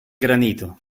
granito